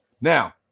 Now